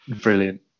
Brilliant